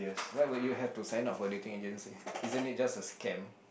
why would you have to sign up for dating agency isn't it just a scam